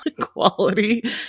quality